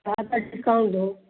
थोड़ा सा डिस्काउंट दो